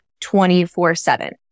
24-7